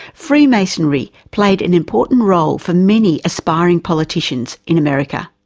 freemasonry played an important role for many aspiring politicians in america.